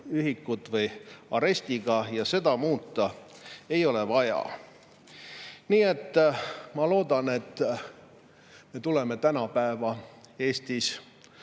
trahviühikut või arestiga, ja seda muuta ei ole vaja. Nii et ma loodan, et me tuleme Eestis